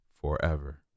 forever